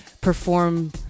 perform